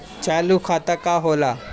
चालू खाता का होला?